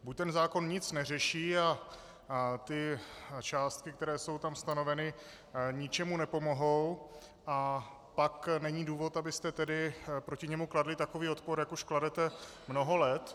Buď ten zákon nic neřeší a ty částky, které jsou tam stanoveny, ničemu nepomohou, a pak není důvod, abyste proti němu kladli takový odpor, jak už kladete mnoho let.